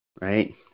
right